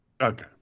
Okay